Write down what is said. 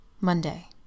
Monday